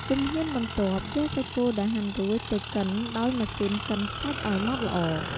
ជំហានបន្ទាប់ យកសាច់គោដែលហាន់រួចទៅកិនដោយម៉ាស៊ីនកិនសាច់ឱ្យម៉ត់ល្អ។